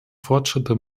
fortschritte